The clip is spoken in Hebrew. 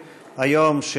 היום,